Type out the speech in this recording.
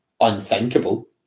unthinkable